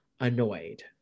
annoyed